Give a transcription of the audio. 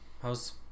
How's